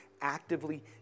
actively